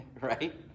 Right